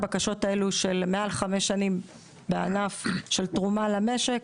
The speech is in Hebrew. הבקשות האלו של מעל חמש שנים בענף של תרומה למשק,